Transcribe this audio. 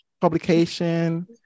publication